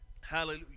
Hallelujah